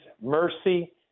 mercy